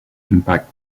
impact